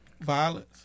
violence